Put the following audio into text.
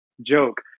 joke